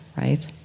right